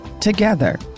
together